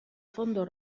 fondo